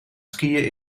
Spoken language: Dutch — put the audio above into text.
skiën